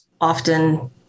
often